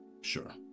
Sure